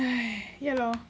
!hais! yeah lor